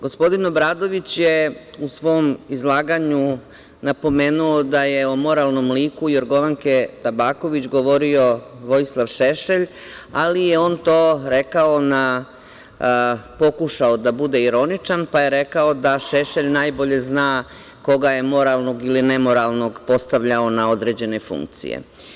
Gospodin Obradović je u svom izlaganju napomenuo da je o moralnom liku Jorgovanke Tabaković govorio Vojislav Šešelj, ali je on to rekao na, pokušao da bude ironičan, pa je rekao da Šešelj najbolje zna koga je moralnog ili nemoralnog postavljao na određene funkcije.